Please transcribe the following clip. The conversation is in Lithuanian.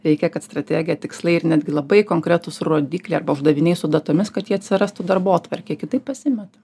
reikia kad strategija tikslai ir netgi labai konkretūs rodikliai arba uždaviniai su datomis kad jie atsirastų darbotvarkėj kitaip pasimeta